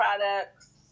products